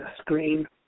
screen